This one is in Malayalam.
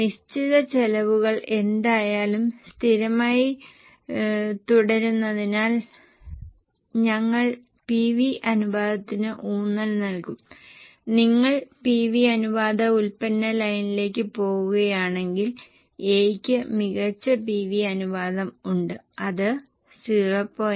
നിശ്ചിത ചെലവുകൾ എന്തായാലും സ്ഥിരമായി തുടരുന്നതിനാൽ ഞങ്ങൾ പിവി അനുപാതത്തിന് ഊന്നൽ നൽകും നിങ്ങൾ പിവി അനുപാത ഉൽപ്പന്ന ലൈനിലേക്ക് നോക്കുകയാണെങ്കിൽ A ക്ക് മികച്ച പിവി അനുപാതം ഉണ്ട് അത് 0